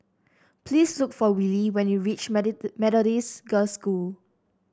please look for Willie when you reach Methodist Girls' School